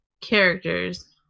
Characters